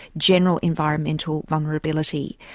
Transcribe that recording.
general environmental vulnerability.